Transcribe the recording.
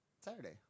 Saturday